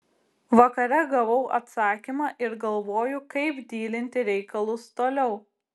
vakare gavau atsakymą ir galvoju kaip dylinti reikalus toliau